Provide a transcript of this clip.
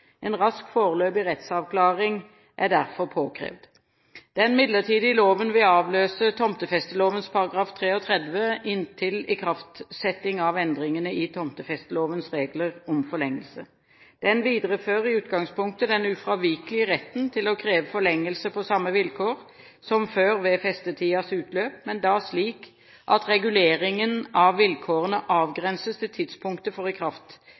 En rask foreløpig rettsavklaring er derfor påkrevd. Den midlertidige loven vil avløse tomtefesteloven § 33 inntil ikraftsettelsen av endringene i tomtefestelovens regler om forlengelse. Den viderefører i utgangspunktet den ufravikelige retten til å kreve forlengelse på samme vilkår som før ved festetidens utløp, men da slik at reguleringen av vilkårene avgrenses til tidspunktet for ikraftsettelsen av de varige endringene i